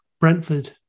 Brentford